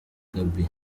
gabby